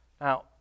Now